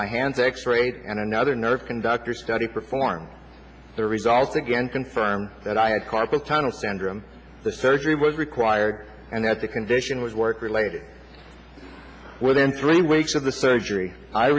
my hands x rays and another nerve conductor study performed the results again confirm that i had carpal tunnel syndrome the surgery was required and that the condition was work related within three weeks of the surgery i